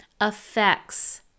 affects